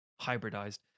hybridized